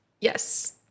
Yes